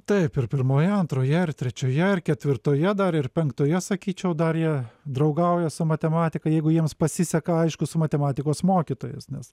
taip ir pirmoje antroje ir trečioje ir ketvirtoje dar ir penktoje sakyčiau dar jie draugauja su matematika jeigu jiems pasiseka aišku su matematikos mokytojais nes